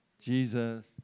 Jesus